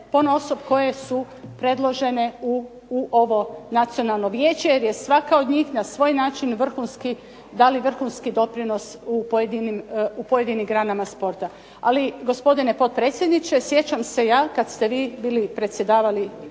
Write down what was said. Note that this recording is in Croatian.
ponaosob koje su predložene u ovo Nacionalno vijeće jer je svaka od njih na svoj način vrhunski, dali vrhunski doprinos u pojedinim granama sporta. Ali gospodine potpredsjedniče sjećam se ja kad ste vi bili predsjednik